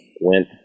went